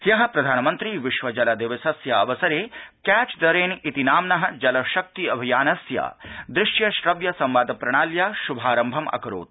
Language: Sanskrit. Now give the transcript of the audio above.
ह्य प्रधानमन्त्री विश्वजलदिवसस्य अवसरे कैच द रेनइति नाम्न जलशक्ति अभियानस्य दृश्यश्रव्य संवाद प्रणात्या श्भारम्भम् अकरोत्